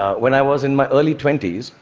ah when i was in my early twenty s,